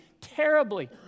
terribly